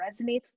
resonates